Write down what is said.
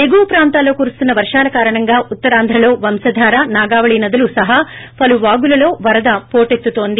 ఎగువ ప్రాంతాల్లో కురుస్తున్న వర్షాల కారణంగా ఉత్తరాంధ్రలో వంశధార నాగావళి నదులు సహా పలు వాగులలో వరద పొటెత్తుతోంది